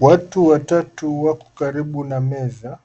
Watu watatu wako karibu na meza.